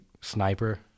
Sniper